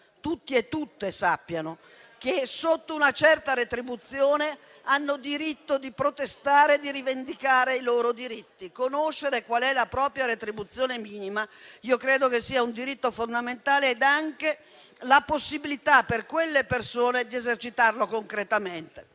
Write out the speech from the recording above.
tutti e tutte lo sappiano - che, sotto una certa retribuzione, hanno diritto di protestare e di rivendicare i loro diritti. Conoscere qual è la propria retribuzione minima credo sia un diritto fondamentale ed anche la possibilità per quelle persone di esercitarlo concretamente.